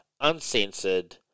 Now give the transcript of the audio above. uncensored